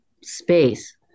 space